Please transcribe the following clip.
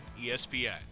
espn